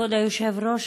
כבוד היושב-ראש,